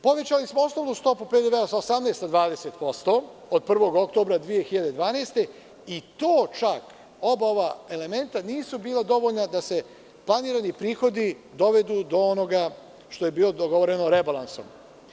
Povećali smo osnovnu stopu PDV-a sa 18% na 20%od 1. oktobra 2012. godine i to čak oba ova elementa nisu bila dovoljna da se planirani prihodi dovedu do onoga što je bilo dogovoreno rebalansom.